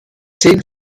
zehn